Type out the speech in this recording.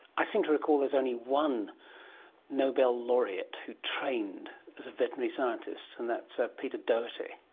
i seem to recall there's only one nobel laureate who trained as a veterinary scientist and that's ah peter doherty.